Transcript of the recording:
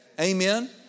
Amen